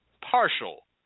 partial